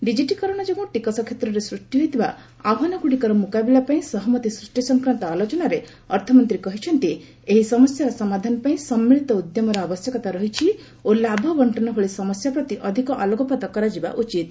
digitisation ଯୋଗୁଁ ଟିକସ କ୍ଷେତ୍ରରେ ସୃଷ୍ଟି ହୋଇଥିବା ଆହ୍ୱାନଗୁଡ଼ିକର ମୁକାବିଲା ପାଇଁ ସହମତି ସୃଷ୍ଟି ସଂକ୍ରାନ୍ତ ଆଲୋଚନାରେ ଅର୍ଥମନ୍ତ୍ରୀ କହିଛନ୍ତି ଏହି ସମସ୍ୟାର ସମାଧାନ ପାଇଁ ସମ୍ମିଳିତ ଉଦ୍ୟମର ଆବଶ୍ୟକତା ରହିଛି ଓ ଲାଭ ବଣ୍ଟନ ଭଳି ସମସ୍ୟା ପ୍ରତି ଅଧିକ ଆଲୋକପାତ କରାଯିବା ଉଚିତ୍